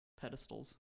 pedestals